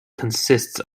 consists